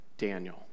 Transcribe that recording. Daniel